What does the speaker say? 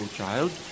child